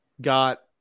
got